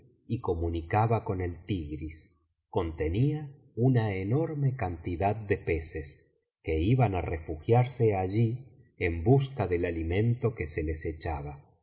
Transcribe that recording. y comunicaba con el tigris contenía una enorme cantidad de peces que iban á refugiarse allí en busca del alimento que se les echaba